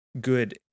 good